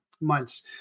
months